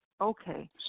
Okay